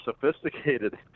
sophisticated